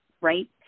right